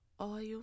Oil